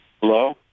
Hello